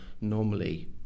normally